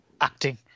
acting